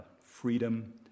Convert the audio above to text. freedom